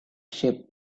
sheep